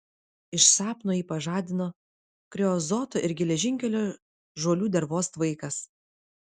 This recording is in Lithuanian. iš sapno jį pažadino kreozoto ir geležinkelio žuolių dervos tvaikas